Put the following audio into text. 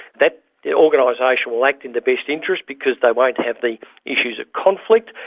that organisation will act in the best interest because they won't have the issues of conflict,